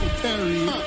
terry